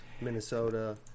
Minnesota